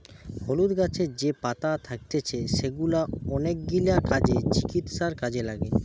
হলুদ গাছের যে পাতা থাকতিছে সেগুলা অনেকগিলা কাজে, চিকিৎসায় কাজে লাগে